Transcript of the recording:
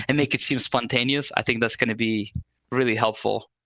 and make it seem spontaneous. i think that's going to be really helpful